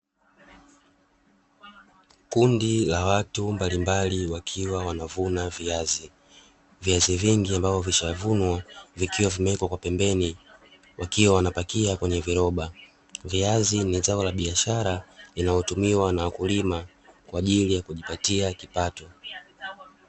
Kundi la watu mbalimbali wakiwa wanavuna viazi, viazi vingi ambavyo vimeshavunwa vikiwa vimewekwa kwa pembeni wakiwa wanapakia kwenye viroba. Viazi ni zao la biashara linalotumiwa na wakulima kwa ajili ya kujipatia kipato.